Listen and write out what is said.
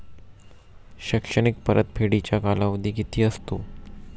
शैक्षणिक परतफेडीचा कालावधी किती असतो?